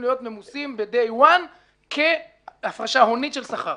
להיות ממוסים ב-day one כהפרשה הונית של שכר